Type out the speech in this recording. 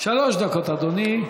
שלוש דקות, אדוני.